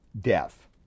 death